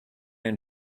and